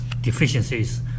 deficiencies